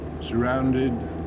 surrounded